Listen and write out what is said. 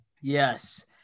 Yes